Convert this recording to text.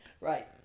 Right